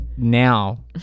now